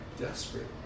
desperate